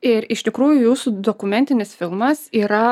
ir iš tikrųjų jūsų dokumentinis filmas yra